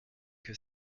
que